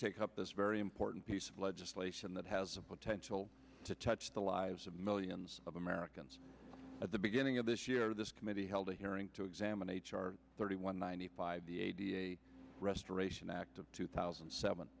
take up this very important piece of legislation that has a potential to touch the lives of millions of americans at the beginning of this year this committee held a hearing to examine h r thirty one ninety five restoration act of two thousand and seven